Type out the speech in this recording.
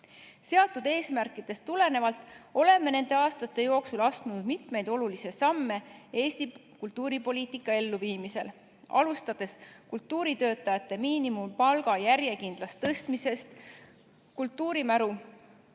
Seatud eesmärkidest tulenevalt oleme nende aastate jooksul astunud mitmeid olulisi samme Eesti kultuuripoliitika elluviimisel, alustades kultuuritöötajate miinimumpalga järjekindlast tõstmisest ning kultuurimälust,